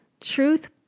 Truth